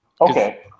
okay